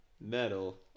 metal